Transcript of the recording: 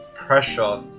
pressure